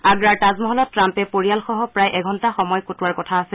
আগ্ৰাৰ তাজমহলত ট্ৰাম্পে পৰিয়ালসহ প্ৰায় এঘণ্টা সময় কটোৱাৰ কথা আছে